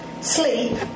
Sleep